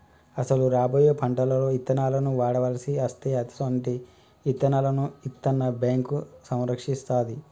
అసలు రాబోయే పంటలలో ఇత్తనాలను వాడవలసి అస్తే అసొంటి ఇత్తనాలను ఇత్తన్న బేంకు సంరక్షిస్తాది